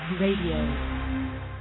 Radio